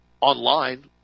online –